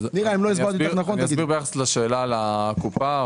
ביחס לקופה,